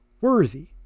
worthy